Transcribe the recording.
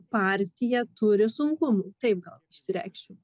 partija turi sunkumų taip gal išsireikšiu